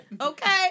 Okay